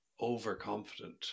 overconfident